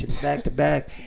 back-to-back